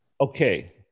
Okay